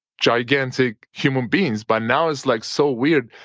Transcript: gigantic human beings, but now it's like so weird,